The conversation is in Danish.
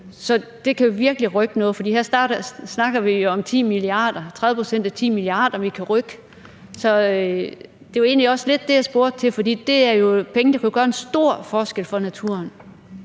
Så det kan virkelig rykke noget, for her snakker vi jo om 30 pct. af 10 mia. kr., vi kan rykke med. Så det var egentlig også lidt det, jeg spurgte til, for det er jo penge, der kan gøre en stor forskel for naturen.